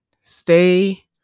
stay